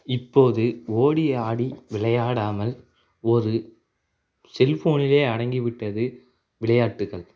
இப்போது ஓடி ஆடி விளையாடாமல் ஒரு செல் ஃபோனிலே அடங்கிவிட்டது விளையாட்டுக்கள்